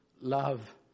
love